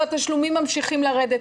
והתשלומים ממשיכים לרדת.